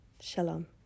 Shalom